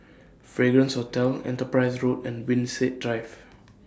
Fragrance Hotel Enterprise Road and Winstedt Drive